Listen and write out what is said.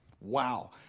wow